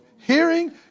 Hearing